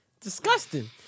disgusting